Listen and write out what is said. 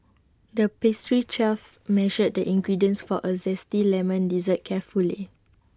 the pastry chef measured the ingredients for A Zesty Lemon Dessert carefully